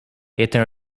était